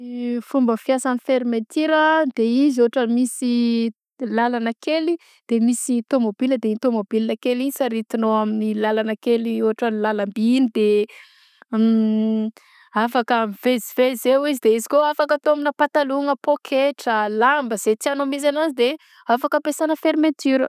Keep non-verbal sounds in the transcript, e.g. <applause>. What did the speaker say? Fomba fiasan'ny fermeture de izy ôtrany misy lalana kely de misy tômôbil de igny tômôbil kely igny zany saritinao amin'iny lalagna kely igny ôtran lalamby igny de m <hesitation> afaka mivezivezy eo izy de izy kôa afaka atao aminà patalôn na pôketra lamba zay tianao misy ananzy de afaka ampesanao fermeture a.